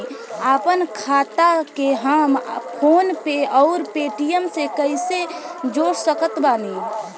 आपनखाता के हम फोनपे आउर पेटीएम से कैसे जोड़ सकत बानी?